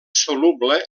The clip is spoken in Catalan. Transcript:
soluble